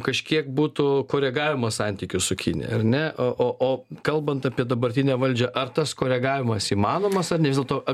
kažkiek būtų koregavimo santykių su kinija ar ne o o o kalbant apie dabartinę valdžią ar tas koregavimas įmanomas ar ne vis dėl to